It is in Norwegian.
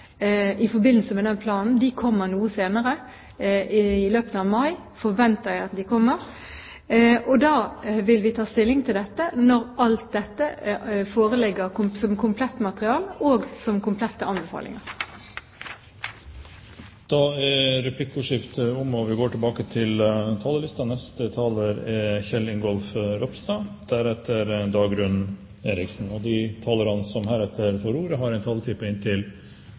i forbindelse med denne planen. De kommer noe senere, i løpet av mai forventer jeg at de kommer. Vi vil ta stilling til dette når alt dette foreligger som et komplett materiale og som komplette anbefalinger. Replikkordskiftet er omme. De talerne som heretter får ordet, har en taletid på inntil 3 minutter. Eg må seie at det har vore gøy å høyre på debatten. Det har